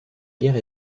guerre